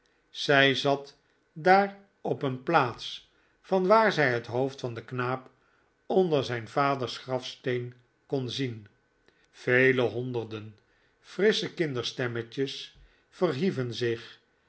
zij zat daar op een plaats vanwaar zij het hoofd van den knaap onder zijn vaders grafsteen kon zien vele honderden frissche kinderstemmetjes verhieven zich